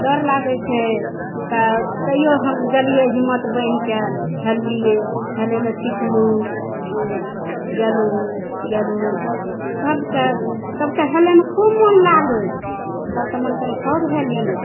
डर लागै छै तऽ तैयो हम गेलियै हिम्मत बाॅंधिके हेललियै हेलै लए सिखलहुॅं गेलहुॅं गेलहुॅं सबके तब तऽ हेलैमे खूब मोन लागै तब तऽ मन करै खूब हेली